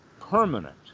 permanent